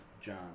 John